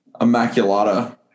Immaculata